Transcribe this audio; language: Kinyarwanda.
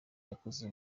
yakoze